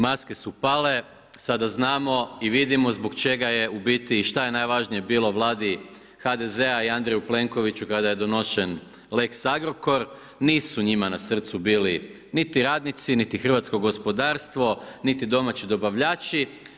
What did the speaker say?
Maske su pale, sada znamo i vidimo zbog čega je u biti, šta je najvažnije bilo Vladi HDZ-a i Andreju Plenkoviću kada je donošen lex Agrokor, nisu njima na srcu bili niti radnici niti hrvatsko gospodarstvo, niti domaći dobavljači.